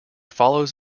follows